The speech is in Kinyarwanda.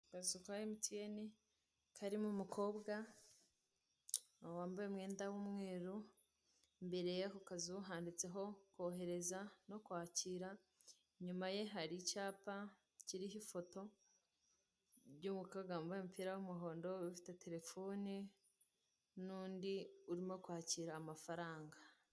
Akazu ka MTN karimo umukobwa wambaye umwenda w'umweru, Imbere y'ako kazu handitseho kohereza no kwakira, inyuma ye hari icyapa kiriho ifoto by'umukobwa wambaye umupira w'umuhondo ufite telefoni n'undi urimo kwakira amafaranga.